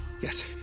Yes